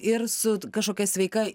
ir su kažkokia sveika